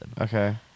Okay